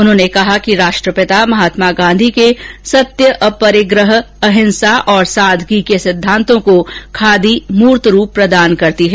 उन्होंने कहा कि राष्ट्रपिता महात्मा गांधी जी के सत्य अपरिग्रह अहिंसा और सादगी के सिद्धांतों को खादी मूर्त रूप प्रदान करती है